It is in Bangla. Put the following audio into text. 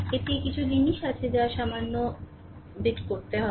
এটি কিছু জিনিস আছে যা সামান্য বিট করতে হবে